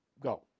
Go